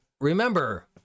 remember